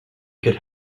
could